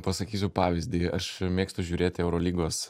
pasakysiu pavyzdį aš mėgstu žiūrėti eurolygos